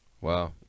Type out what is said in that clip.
wow